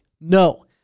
No